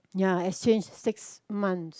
ya exchange six months